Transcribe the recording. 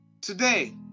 Today